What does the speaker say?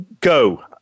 go